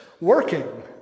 working